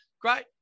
great